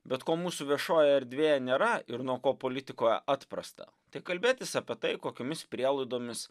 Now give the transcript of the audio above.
bet ko mūsų viešojoje erdvėje nėra ir nuo ko politikoje atprasta tai kalbėtis apie tai kokiomis prielaidomis